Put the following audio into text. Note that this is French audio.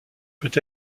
peut